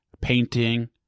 painting